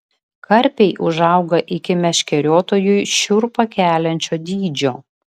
karpiai užauga iki meškeriotojui šiurpą keliančio dydžio